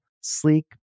sleek